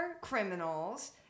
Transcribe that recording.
criminals